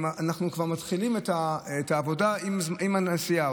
אנחנו כבר מתחילים את העבודה עם הנסיעה.